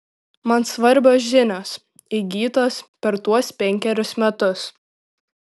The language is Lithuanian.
man svarbios žinios įgytos per tuos penkerius metus